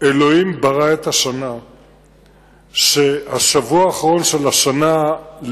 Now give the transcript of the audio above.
אחרי התערבותו של בג"ץ.